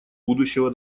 будущего